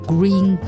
Green